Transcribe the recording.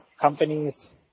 companies